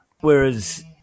whereas